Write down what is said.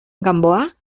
gamboa